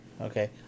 Okay